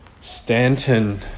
stanton